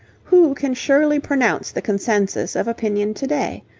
who can surely pronounce the consensus of opinion to-day?